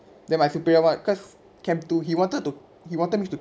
then my superior want cause camp two he wanted to he wanted me to